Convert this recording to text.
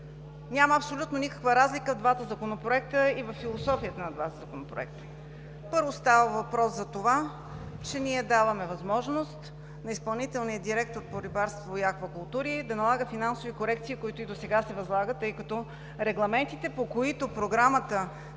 Няма абсолютно никаква разлика в двата законопроекта и във философията на двата законопроекта. Първо, става въпрос за това, че ние даваме възможност на изпълнителния директор на Изпълнителната агенция по рибарство и аквакултури да налага финансови корекции, които и досега се възлагат, тъй като регламентите, по които Оперативна